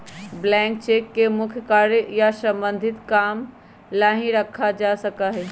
blank cheque के मुख्य कार्य या सम्बन्धित काम ला ही रखा जा सका हई